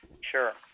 Sure